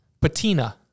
patina